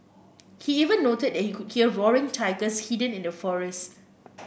he even noted that he could hear roaring tigers hidden in the forest